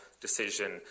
decision